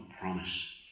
promise